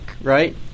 right